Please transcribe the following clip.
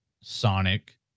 Sonic